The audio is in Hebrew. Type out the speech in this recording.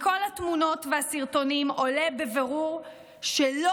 מכל התמונות והסרטונים עולה בבירור שלא